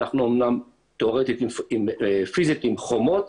אנחנו אמנם פיזית עם חומות,